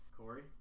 Corey